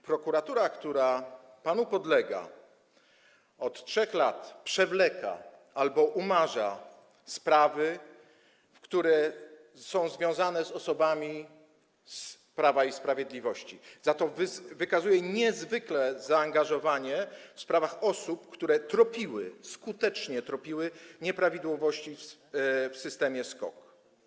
Prokuratura, która panu podlega, od 3 lat przewleka albo umarza sprawy, które są związane z osobami z Prawa i Sprawiedliwości, za to wykazuje niezwykłe zaangażowanie w sprawach osób, które skutecznie tropiły nieprawidłowości w systemie SKOK.